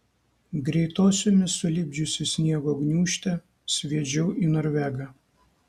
greitosiomis sulipdžiusi sniego gniūžtę sviedžiau į norvegą